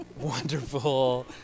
Wonderful